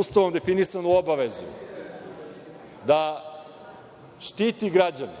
Ustavom definisanu obavezu da štiti građane,